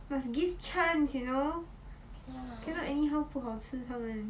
must give chance you know you cannot anyhow 不好吃他们